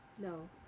No